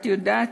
את יודעת,